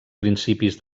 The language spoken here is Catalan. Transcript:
principis